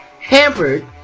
hampered